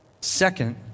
Second